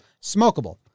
smokable